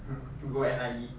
!huh! go N_I_E